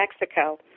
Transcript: Mexico